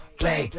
play